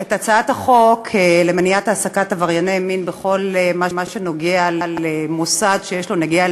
את החוק למניעת העסקת עברייני מין בכל מה שנוגע למוסד שיש לו נגיעה